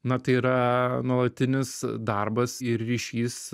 na tai yra nuolatinis darbas ir ryšys